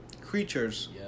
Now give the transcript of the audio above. creatures